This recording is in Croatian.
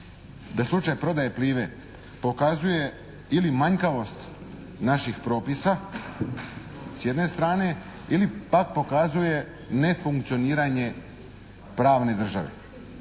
je slučaj prodaje "Plive" pokazuje ili manjkavost naših propisa s jedne strane ili pak pokazuje nefunkcioniranje pravne države?